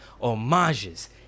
homages